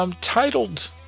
Titled